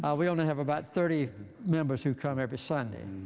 ah we only have about thirty members who come every sunday.